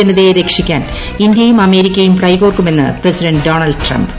ജനതയെ രക്ഷിക്കാൻ ഇന്തൃയുംഅമേരിക്കയുംകൈകോർക്കുമെന്ന് പ്രസിഡന്റ്ഡോണൾഡ് ട്രംപ്